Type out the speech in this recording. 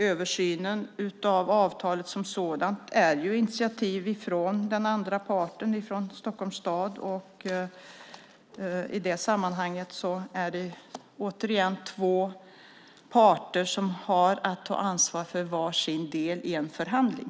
Översynen av avtalet som sådant har skett på initiativ av den andra parten, Stockholms stad. I det sammanhanget är det återigen två parter som har att ta ansvar för var sin del i en förhandling.